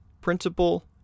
principal